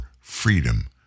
freedom